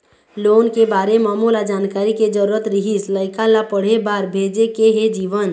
loan के बारे म मोला जानकारी के जरूरत रीहिस, लइका ला पढ़े बार भेजे के हे जीवन